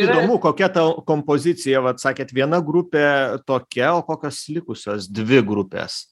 įdomu kokia ta kompozicija vat sakėt viena grupė tokia o kokios likusios dvi grupės